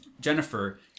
Jennifer